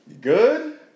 good